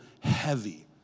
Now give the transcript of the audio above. heavy